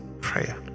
prayer